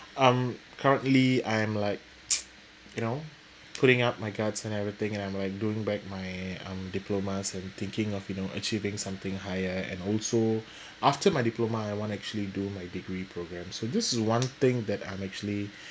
um currently I'm like you know putting up my guts and everything and I'm like doing back my um diplomas and thinking of you know achieving something higher and also after my diploma I want actually do my degree programme so this is one thing that I'm actually